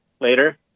later